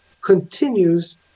continues